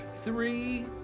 three